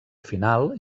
final